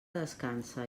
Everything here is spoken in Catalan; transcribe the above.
descansa